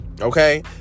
okay